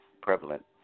prevalent